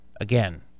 again